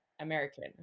american